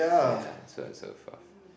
yeah so and so forth